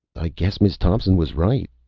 i guess miz thompson was right,